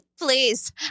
Please